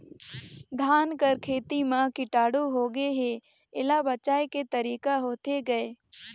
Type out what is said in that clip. धान कर खेती म कीटाणु होगे हे एला बचाय के तरीका होथे गए?